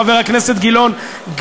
חבר הכנסת גילאון.